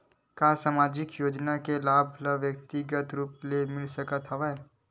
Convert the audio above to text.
का सामाजिक योजना के लाभ व्यक्तिगत रूप ले मिल सकत हवय?